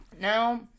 now